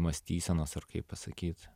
mąstysenos ar kaip pasakyt